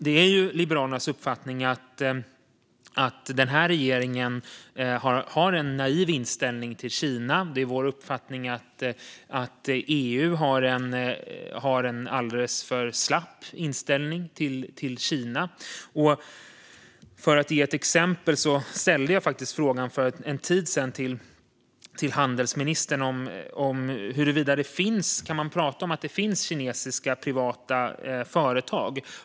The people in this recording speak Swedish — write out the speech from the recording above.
Det är Liberalernas uppfattning att den här regeringen har en naiv inställning till Kina. Det är vår uppfattning att EU har en alldeles för slapp inställning till Kina. Låt mig ge ett exempel. För en tid sedan ställde jag faktiskt frågan till handelsministern: Kan man säga att det finns privata kinesiska företag?